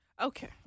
Okay